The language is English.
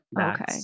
Okay